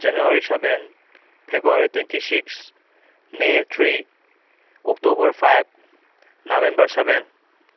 January seven February twenty six may three October five November seven